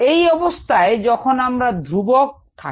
এই অবস্থায় যখন আমরা ধ্রুবক থাকে